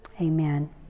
amen